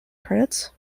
credits